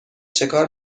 چکار